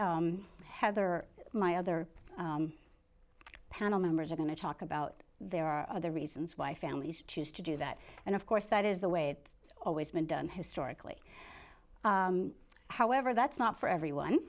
but heather my other panel members are going to talk about there are other reasons why families choose to do that and of course that is the way it always been done historically however that's not for everyone